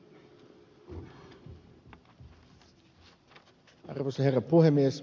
arvoisa herra puhemies